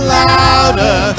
louder